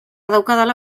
daukadala